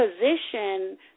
position